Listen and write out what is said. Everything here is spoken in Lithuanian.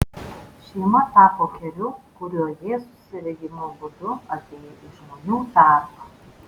šeima tapo keliu kuriuo jėzus regimu būdu atėjo į žmonių tarpą